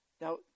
Now